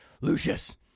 Lucius